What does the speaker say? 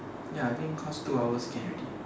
ya I think cause two hours can already